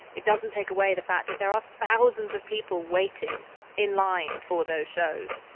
it doesn't take away the fact that there are thousands of people waiting in line for those shows.